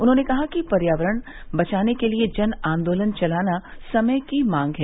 उन्होंने कहा कि पर्यावरण बचाने के लिए जन आंदोलन चलाना समय की मांग है